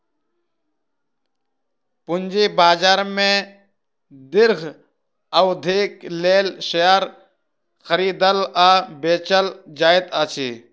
पूंजी बाजार में दीर्घ अवधिक लेल शेयर खरीदल आ बेचल जाइत अछि